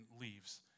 leaves